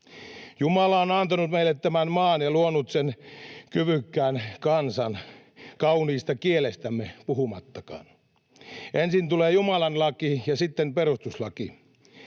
Jumala on antanut meille tämän maan ja luonut sen kyvykkään kansan kauniista kielestämme puhumattakaan. Ensin tulee Jumalan laki ja sitten perustuslaki.